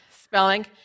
spelling